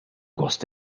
gost